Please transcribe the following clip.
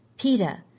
PETA